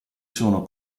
sono